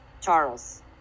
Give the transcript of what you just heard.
Charles